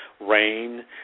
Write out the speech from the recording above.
Rain